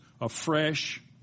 afresh